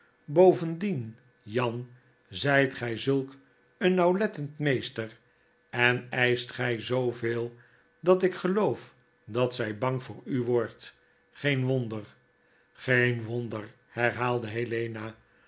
bovendien jan zyt gy zulk een nauwlettend meester en eischt gy zooveel dat ik geloof dat zy bang voor u wordt geen wonder geen wonder herhaalde helena